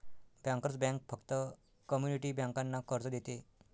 bankers bank फक्त community बँकांना कर्ज देते